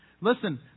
Listen